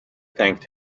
thanked